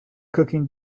cooking